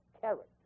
character